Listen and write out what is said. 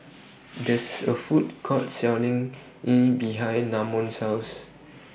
There IS A Food Court Selling Kheer behind Namon's House